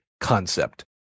concept